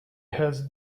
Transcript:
has